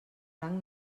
blanc